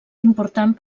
important